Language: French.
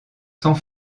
sans